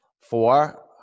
four